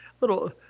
little